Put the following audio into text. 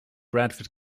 bradford